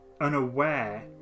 unaware